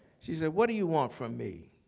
she said, what do you want from me?